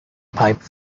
pipe